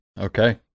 Okay